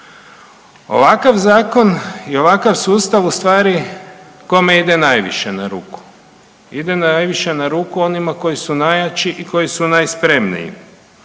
Ovakav zakon i ovakav sustav ustvari, kome ide najviše na ruku? Ide najviše na ruku onima koji su najjači i koji su najspremniji.